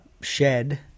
shed